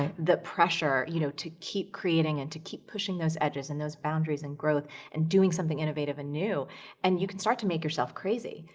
the pressure, you know, to keep creating and to keep pushing those edges and those boundaries and growth and doing something innovative and new and you can start to make yourself crazy.